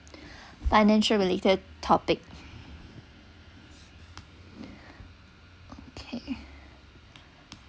financial related topic okay